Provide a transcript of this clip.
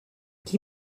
qui